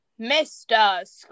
Mr